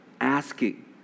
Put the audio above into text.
asking